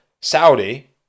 Saudi